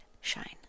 shine